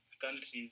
countries